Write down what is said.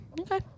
Okay